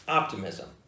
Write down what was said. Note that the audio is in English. optimism